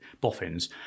boffins